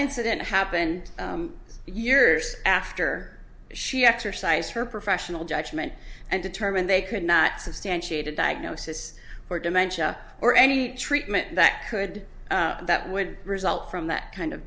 incident happened years after she exercised her professional judgment and determined they could not substantiated diagnosis or dementia or any treatment that could that would result from that kind of